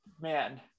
man